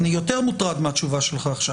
אני יותר מוטרד מהתשובה שלך עכשיו.